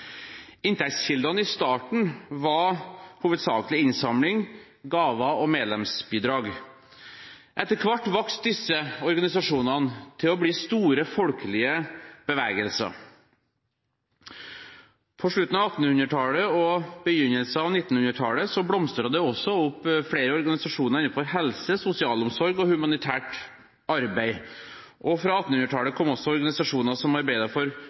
Inntektskildene i starten var hovedsakelig innsamling, gaver og medlemsbidrag. Etter hvert vokste disse organisasjonene til å bli store folkelige bevegelser. På slutten av 1800-tallet og begynnelsen av 1900-tallet blomstret det også opp flere organisasjoner innenfor helse, sosialomsorg og humanitært arbeid, og fra 1800-tallet kom også organisasjoner som arbeidet for